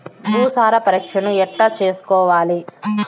భూసార పరీక్షను ఎట్లా చేసుకోవాలి?